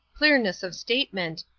clearness of statement,